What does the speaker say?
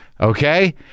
Okay